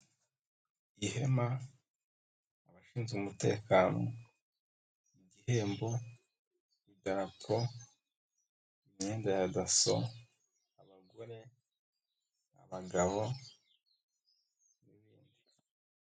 Ihema, abashinzwe umutekano, igihembo, idaporo, imyenda ya dasso, abagore, abagabo n'ibindi.